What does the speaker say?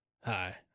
Hi